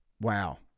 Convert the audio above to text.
Wow